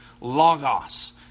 logos